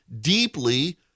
deeply